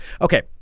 Okay